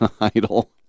idol